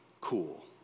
cool